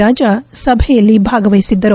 ರಾಜಾ ಸಭೆಯಲ್ಲಿ ಭಾಗವಹಿಸಿದ್ದರು